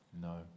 no